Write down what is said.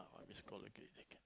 missed call again